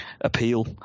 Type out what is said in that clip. appeal